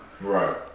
Right